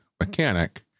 mechanic